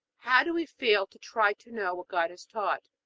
how do we fail to try to know what god has taught?